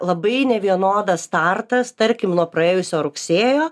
labai nevienodas startas tarkim nuo praėjusio rugsėjo